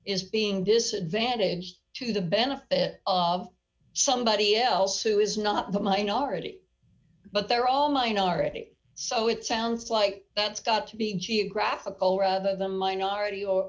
is being disadvantaged to the benefit of somebody else who is not the minority but they're all minority so it sounds like that's got to be geographical rather than minority or